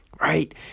right